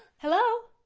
hello?